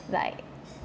like